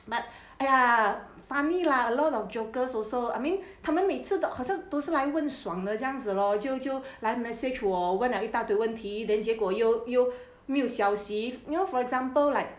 but !aiya! funny lah a lot of jokers also I mean 他们每次都好像都是来问爽得这样子 lor 就就来 message 我问了一大堆问题 then 结果又又没有消息没有 for example like